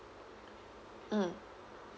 mm